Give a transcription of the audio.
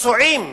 פצועים